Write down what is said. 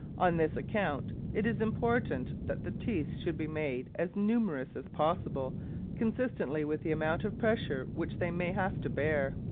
on this account it is important that the teeth should be made as numerous as possible consistently with the amount of pressure which they may have to bear.